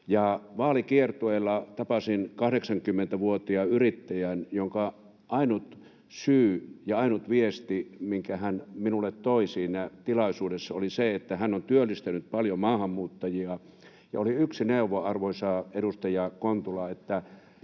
Vaalikiertueella tapasin 80‑vuotiaan yrittäjän, jonka ainut viesti, minkä hän minulle toi siinä tilaisuudessa, oli se, että hän on työllistänyt paljon maahanmuuttajia, ja oli yksi neuvo, arvoisa edustaja Kontula: